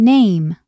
Name